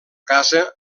casa